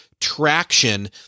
traction